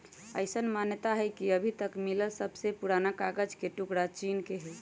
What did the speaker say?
अईसन मानता हई कि अभी तक मिलल सबसे पुरान कागज के टुकरा चीन के हई